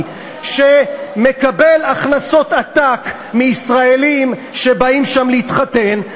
שמקבל הכנסות עתק מישראלים שבאים לשם להתחתן.